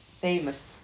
famous